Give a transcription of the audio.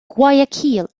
guayaquil